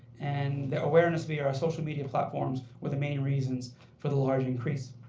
and awareness via our social media platforms were the main reasons for the large increase.